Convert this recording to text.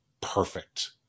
perfect